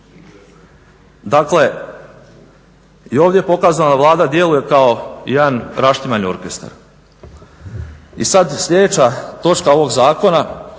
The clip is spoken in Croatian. Dakle, i ovdje je pokazano, Vlada djeluje kao jedan raštimani orkestar. I sada sljedeća točka ovoga Zakona